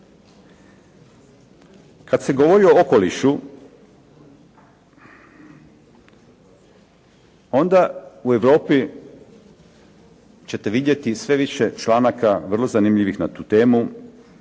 Kad se govori o okolišu onda u Europi ćete vidjeti sve više članaka vrlo zanimljivih na tu temu